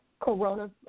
Corona